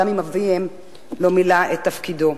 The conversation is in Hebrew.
גם אם אביהם לא מילא את תפקידו.